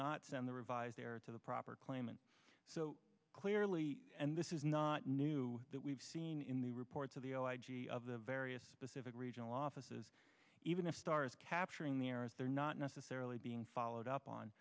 not send the revised heir to the proper claimant so clearly and this is not new that we've seen in the reports of the l i g of the various specific regional offices even if starr's capturing the areas they're not necessarily being followed up on